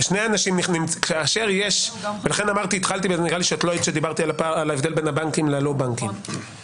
נראה לי שלא היית כשדיברתי על ההבדל בין הבנקים ללא בנקים.